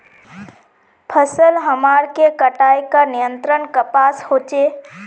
फसल हमार के कटाई का नियंत्रण कपास होचे?